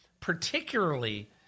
particularly